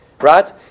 Right